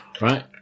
Right